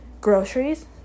groceries